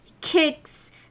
kicks